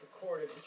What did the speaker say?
recorded